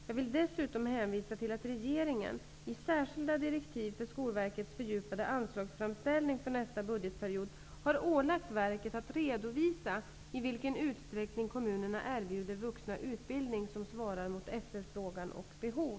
Jag vill dessutom hänvisa till att regeringen i särskilda direktiv för Skolverkets fördjupade anslagsframställning för nästa budgetperiod har ålagt verket att redovisa i vilken utsträckning kommunerna erbjuder vuxna utbildning som svarar mot efterfrågan och behov.